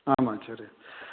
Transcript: आम् आचार्य